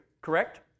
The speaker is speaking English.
Correct